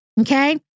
Okay